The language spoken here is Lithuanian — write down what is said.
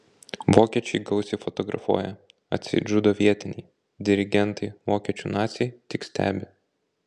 vokiečiai gausiai fotografuoja atseit žudo vietiniai dirigentai vokiečių naciai tik stebi